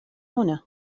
هنا